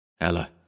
Ella